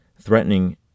threatening